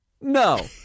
No